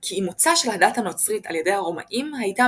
כי אימוצה של הדת הנוצרית על ידי הרומאים הייתה